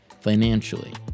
financially